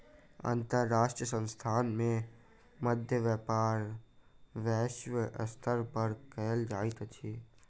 अंतर्राष्ट्रीय संस्थान के मध्य व्यापार वैश्विक स्तर पर कयल जाइत अछि